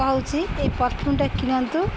କହୁଚି ଏଇ ପରଫ୍ୟୁମ୍ଟା କିଣନ୍ତୁ